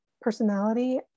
personality